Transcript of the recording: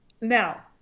Now